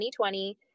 2020